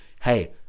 Hey